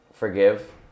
forgive